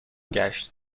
گشت